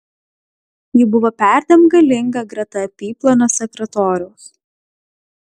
ji buvo perdėm galinga greta apyplonio sekretoriaus